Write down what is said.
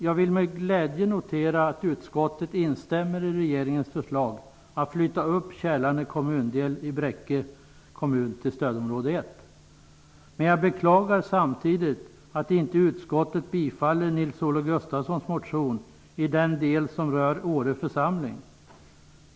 Jag vill med glädje notera att utskottet instämmer i regeringens förslag att flytta upp Kälarne kommundel i Bräcke kommun till stödområde 1. Men jag beklagar samtidigt att inte utskottet tillstyrker Nils-Olof Gustafssons motion i den del som rör Åre församling.